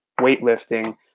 weightlifting